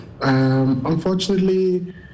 Unfortunately